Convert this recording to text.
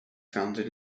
founded